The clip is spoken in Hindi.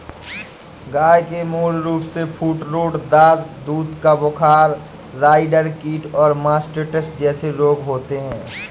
गय के मूल रूपसे फूटरोट, दाद, दूध का बुखार, राईडर कीट और मास्टिटिस जेसे रोग होते हें